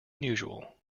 unusual